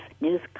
News